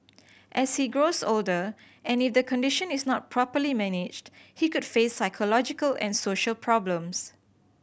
as he grows older and if the condition is not properly managed he could face psychological and social problems